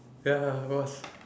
ya it was